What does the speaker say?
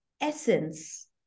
essence